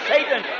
Satan